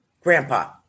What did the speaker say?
Grandpa